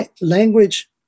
language